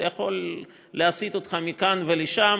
זה יכול להסיט אותך מכאן ולשם.